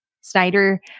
Snyder